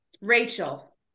Rachel